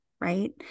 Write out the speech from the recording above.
right